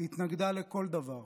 התנגדה לכל דבר,